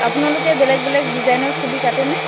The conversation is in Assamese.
আপোনালোকে বেলেগ বেলেগ ডিজাইনত চুলি কাটেনে